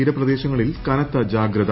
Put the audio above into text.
തീരപ്രദേശങ്ങളിൽ കനത്ത ജാഗ്രത